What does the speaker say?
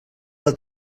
del